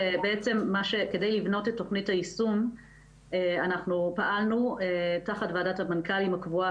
כדי לבנות את תכנית היישום אנחנו פעלנו תחת ועדת המנכ"לים הקבועה,